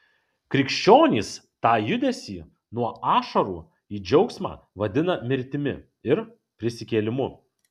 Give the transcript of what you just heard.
krikščionys tą judesį nuo ašarų į džiaugsmą vadina mirtimi ir prisikėlimu